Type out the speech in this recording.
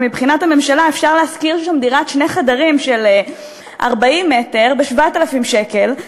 ומבחינת הממשלה אפשר להשכיר שם דירת שני חדרים של 40 מטר ב-7,000 שקל,